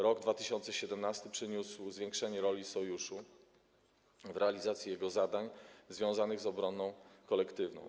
Rok 2017 przyniósł zwiększenie roli Sojuszu w realizacji jego zadań związanych z obroną kolektywną.